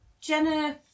Jenna